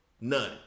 None